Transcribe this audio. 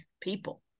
people